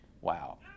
wow